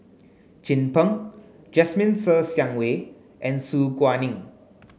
Chin Peng Jasmine Ser Xiang Wei and Su Guaning